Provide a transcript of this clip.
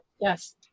Yes